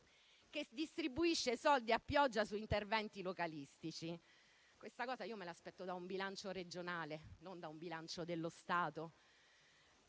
che distribuisce soldi a pioggia su interventi localistici. Questo me lo aspetto da un bilancio regionale, non da un bilancio dello Stato.